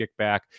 kickback